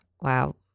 Wow